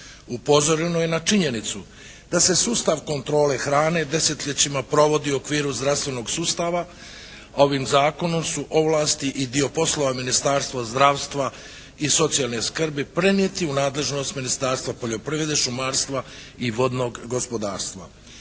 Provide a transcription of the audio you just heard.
upozoreno je na činjenicu da se sustav kontrole hrane desetljećima provodi u okviru zdravstvenog sustava. Ovim zakonom su ovlasti i dio poslova Ministarstva zdravstva i socijalne skrbi prenijeti u nadležnost Ministarstva poljoprivrede, šumarstva i vodnog gospodarstva.